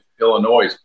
Illinois